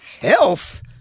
health—